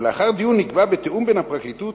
ולאחר דיון נקבעה בתיאום בין הפרקליטות